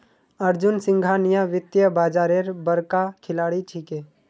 अर्जुन सिंघानिया वित्तीय बाजारेर बड़का खिलाड़ी छिके